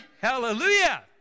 Hallelujah